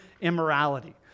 immorality